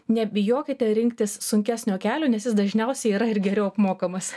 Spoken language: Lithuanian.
nebijokite rinktis sunkesnio kelio nes jis dažniausiai yra ir geriau apmokamas